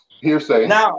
Hearsay